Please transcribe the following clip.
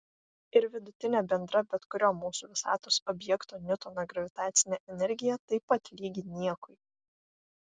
ir vidutinė bendra bet kurio mūsų visatos objekto niutono gravitacinė energija taip pat lygi niekui